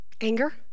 Anger